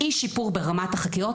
אי-שיפור ברמת החקירות,